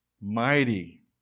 mighty